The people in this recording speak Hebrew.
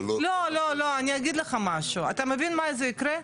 לא, אני אגיד לך משהו, אתה מבין מה יקרה?